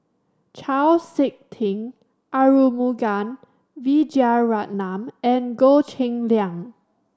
Chau Sik Ting Arumugam Vijiaratnam and Goh Cheng Liang